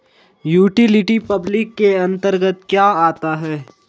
Utility public के अंतर्गत क्या आता है?